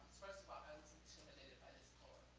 first of all, i was intimidated by this poem.